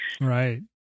Right